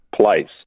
place